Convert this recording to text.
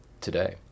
today